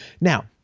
Now